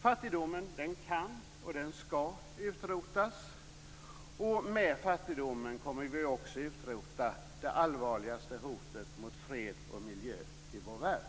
Fattigdomen kan och skall utrotas. Med fattigdomen kommer vi också att utrota det allvarligaste hotet mot fred och miljö i vår värld.